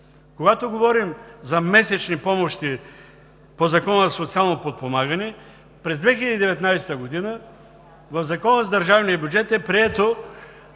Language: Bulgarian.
Когато говорим за месечни помощни по Закона за социално подпомагане, през 2019 г. в Закона за държавния бюджет е прието